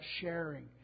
sharing